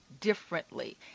differently